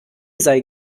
sei